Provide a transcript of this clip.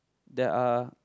there are